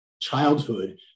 childhood